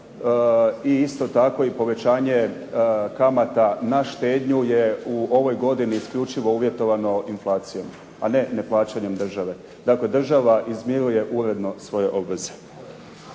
i isto tako i povećanje kamata na štednju je u ovoj godini isključivo uvjetovano inflacijom, a ne neplaćanjem države. Dakle, država izmiruje svoje obveze.